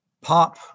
pop